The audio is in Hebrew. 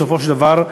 בסופו של דבר,